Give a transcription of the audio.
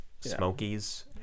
smokies